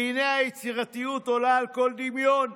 והינה היצירתיות עולה על כל הדמיון.